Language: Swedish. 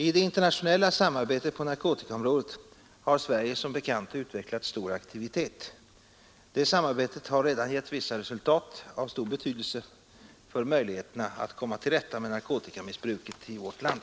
I det internationella samarbetet på narkotikaområdet har Sverige som bekant utvecklat stor aktivitet. Detta samarbete har redan givit vissa resultat av stor betydelse för möjligheterna att komma till rätta med narkotikamissbruket i vårt land.